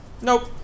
Nope